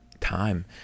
time